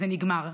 זה נגמר.